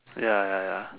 ya ya ya